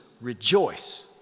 rejoice